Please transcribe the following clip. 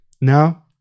Now